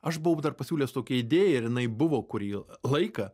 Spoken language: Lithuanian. aš buvau pasiūlęs tokią idėją ir jinai buvo kurį laiką